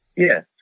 Yes